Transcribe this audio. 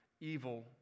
evil